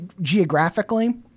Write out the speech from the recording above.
geographically